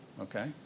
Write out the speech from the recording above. Okay